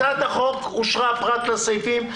הצעת החוק אושרה, פרט לסעיפים הנ"ל.